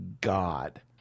God